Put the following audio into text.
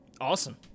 Awesome